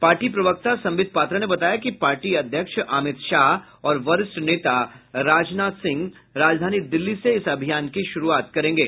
party प्रवक्ता संबित पात्रा ने बताया कि पार्टी अध्यक्ष अमित शाह और वरिष्ठ नेता राजनाथ सिंह राजधानी दिल्ली से इस अभियान की शुरूआत करेंगे